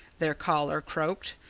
their caller croaked.